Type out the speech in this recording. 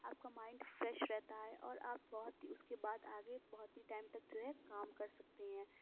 آپ کا mind fresh رہتا ہے اور آپ بہت ہی اُس کے بعد آگے بہت ہی ٹائم تک جو ہے کام کر سکتے ہیں